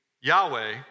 Yahweh